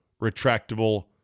retractable